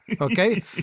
okay